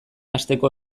hasteko